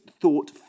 thought